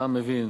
והעם מבין.